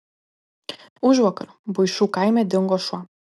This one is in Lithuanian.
užvakar buišų kaime dingo šuo